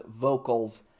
Vocals